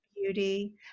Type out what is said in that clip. beauty